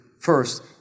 First